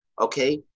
okay